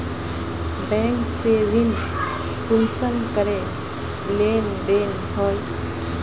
Bank से ऋण कुंसम करे लेन देन होए?